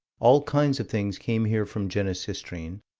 all kinds of things came here from genesistrine,